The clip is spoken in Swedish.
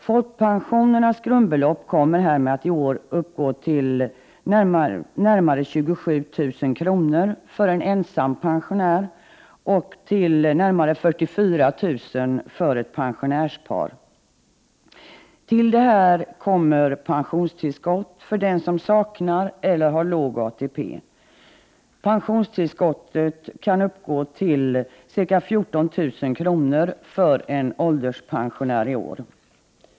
Folkpensionernas grundbelopp kommer härmed att i år uppgå till närmare 27 000 kr. för en ensam pensionär och till närmare 44 000 kr. för ett pensionärspar. Till detta kommer pensionstillskott för den som saknar eller har låg ATP. Pensionstillskottet kan uppgå till ca 14000 kr. för en ålderspensionär i år.